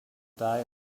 die